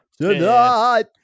Tonight